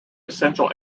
essential